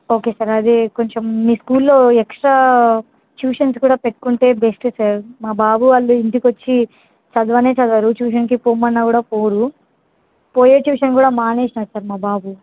okay sir అదే sir కొంచెం మీ స్కూల్లో ఎక్స్ట్రా ట్యూషన్స్ కూడా పెట్టుకుంటే బెస్ట్ సార్ మా బాబు వాళ్ళు ఇంటికొచ్చి చదవనే చదవరు ట్యూషన్కి పొమ్మన్నా కూడా పోరు పోయే ట్యూషన్ కూడా మానేసాడు సార్ మా బాబు